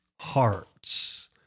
Hearts